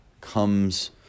comes